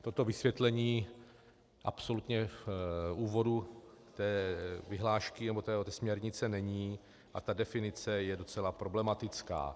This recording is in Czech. Toto vysvětlení absolutně v úvodu té vyhlášky, nebo té směrnice, není a ta definice je docela problematická.